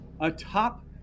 atop